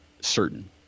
certain